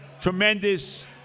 tremendous